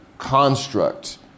construct